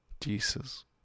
Jesus